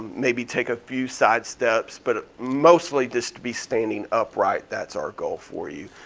maybe take a few sidesteps, but mostly just to be standing upright, that's our goal for you.